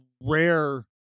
rare